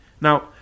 Now